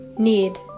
need